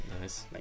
Nice